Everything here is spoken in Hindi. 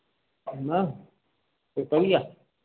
पंदरह पेपलिया